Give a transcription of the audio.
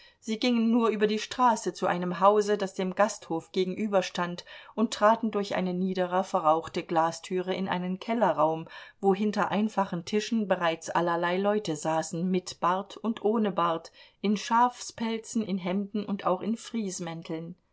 sie gingen nur über die straße zu einem hause das dem gasthof gegenüberstand und traten durch eine niedere verrauchte glastüre in einen kellerraum wo hinter einfachen tischen bereits allerlei leute saßen mit bart und ohne bart in schafspelzen in hemden und auch in